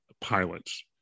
pilots